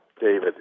David